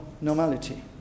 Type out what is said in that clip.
normality